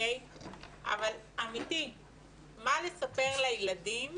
מה נספר לילדים